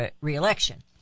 reelection